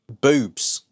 boobs